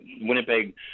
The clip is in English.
Winnipeg